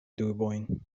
dubojn